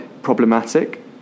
problematic